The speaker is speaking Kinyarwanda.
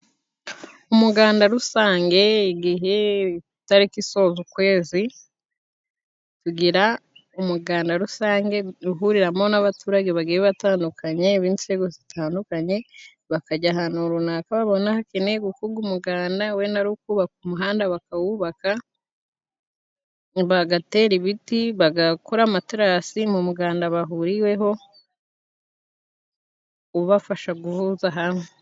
Umuganda rusange igihe itariki isoza ukwezi, tugira umuganda rusange uhuriramo n'abaturage bagiye batandukanye b'inzego zitandukanye, bakajya ahantu runaka babona hakenewe gukorwa umugarada wenda ari ukubaka umuhanda bakawubaka, bagatera ibiti, bagakora amaterasi mu muganda bahuriweho, ubafasha guhuza hamwe.